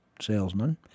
salesman